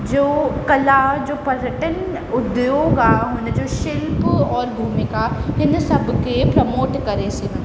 जो कला जो पर्यटन उद्दोग आहे हुन जो शिल्प और भुमिका हिन सभ खे प्रमोट करे सघनि था